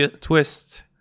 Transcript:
twist